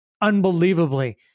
unbelievably